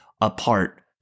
apart